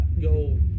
go